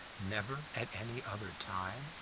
never at any other time?